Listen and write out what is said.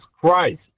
Christ